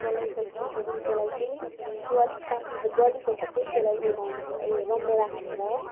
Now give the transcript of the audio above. चलाए पछि त्यहाँदेखि त्यसलाई फेरि त्यो अलिक पाके गले पछि चाहिँ त्यसलाई उयो गर्नु पर्यो उयो रामभेडा हालेर